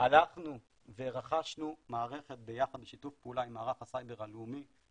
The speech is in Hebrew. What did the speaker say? הלכנו ורכשנו מערכת בשיתוף פעולה עם מערך הסייבר הלאומי,